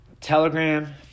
telegram